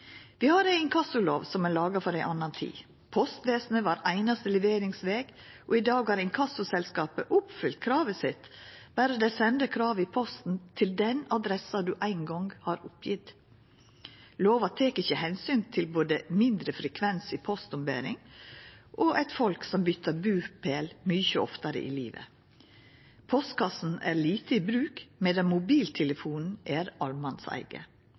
Vi har ei inkassolov som er laga for ei anna tid, då postvesenet var einaste leveringsveg. I dag har inkassoselskapa oppfylt kravet sitt berre dei sender kravet i posten til den adressa du ein gong har oppgjeve. Lova tek ikkje omsyn til mindre frekvens i postombering og eit folk som byter bustad mykje oftare i livet. Postkassen er lite i bruk, medan mobiltelefonen er